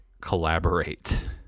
collaborate